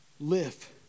Live